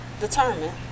Determined